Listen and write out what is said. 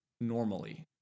normally